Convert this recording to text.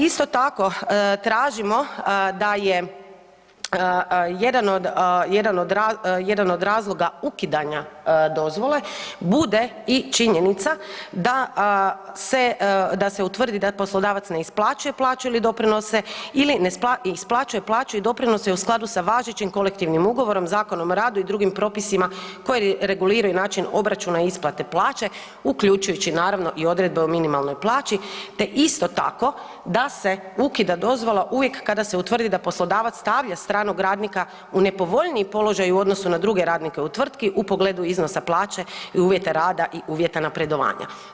Isto tako, tražimo da je jedan od razloga, jedan od razloga ukidanja dozvole bude i činjenica da se, da se utvrdi da poslodavac ne isplaćuje plaću ili doprinose ili ne isplaćuje plaću i doprinose u skladu važećim kolektivnim ugovorom, Zakonom o radu i drugim propisima koji reguliraju način obračuna isplate plaće uključujući naravno i odredbe o minimalnoj plaći te isto tako da se ukida dozvola uvijek kada se utvrdi da poslodavac stavlja stranog radnika u nepovoljniji položaj u odnosu na druge radnike u tvrtki u pogledu iznosa plaće, uvjeta rada i uvjeta napredovanja.